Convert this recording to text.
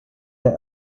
der